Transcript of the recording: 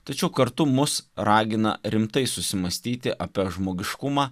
tačiau kartu mus ragina rimtai susimąstyti apie žmogiškumą